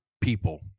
people